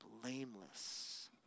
blameless